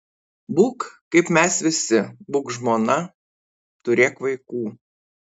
būk kaip mes visi būk žmona turėk vaikų